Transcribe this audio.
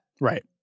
Right